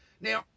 Now